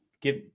Give